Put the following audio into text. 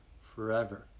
forever